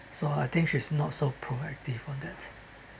so I think she's not so proactive on that